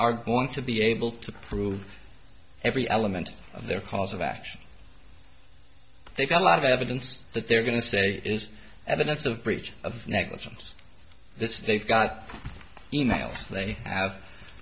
are going to be able to prove every element of their cause of action they've got a lot of evidence that they're going to say it is evidence of breach of negligence this is they've got e mails they have